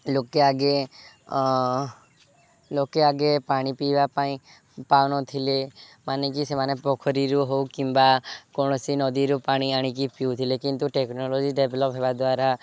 ଲୋକେ ଆଗେ ଲୋକେ ଆଗେ ପାଣି ପିଇବା ପାଇଁ ପାଉନଥିଲେ ମାନେ କି ସେମାନେ ପୋଖରୀରୁ ହଉ କିମ୍ବା କୌଣସି ନଦୀରୁ ପାଣି ଆଣିକି ପିଉଥିଲେ କିନ୍ତୁ ଟେକ୍ନୋଲୋଜି ଡେଭ୍ଲପ ହେବା ଦ୍ୱାରା